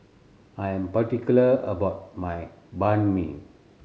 I am particular about my Banh Mi